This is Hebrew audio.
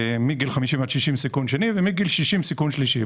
מגיל 50 ועד 60 בסיכון שני ומגיל 60 בסיכון שלישי.